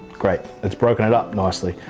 great, that's broken it up nicely.